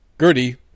Gertie